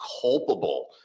culpable